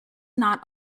not